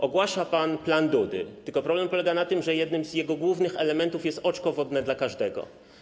Ogłasza pan plan Dudy, tylko problem polega na tym, że jednym z jego głównych elementów jest oczko wodne dla każdego.